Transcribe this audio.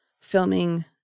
filming